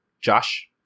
Josh